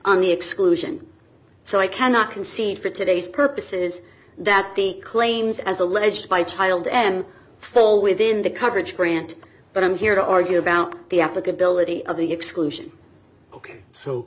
on the exclusion so i cannot concede for today's purposes that the claims as alleged by child m fall within the coverage grant but i'm here to argue about the applicability of the exclusion ok so